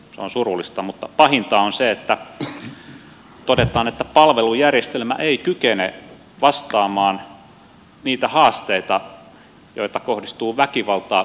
se on surullista mutta pahinta on se että todetaan että palvelujärjestelmä ei kykene vastaamaan niihin haasteisiin joita kohdistuu väkivaltaa kokeneisiin lapsiin